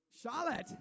Charlotte